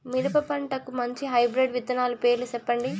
మిరప పంటకు మంచి హైబ్రిడ్ విత్తనాలు పేర్లు సెప్పండి?